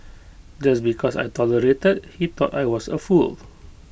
just because I tolerated he thought I was A fool